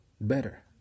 better